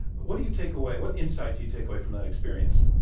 what do you take away? what insight do you take away from that experience?